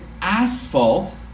asphalt